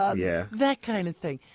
um yeah that kind of thing.